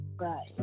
right